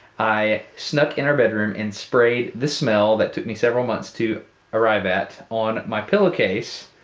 i snuck in her bedroom and sprayed this smell that took me several months to arrive at, on my pillowcase,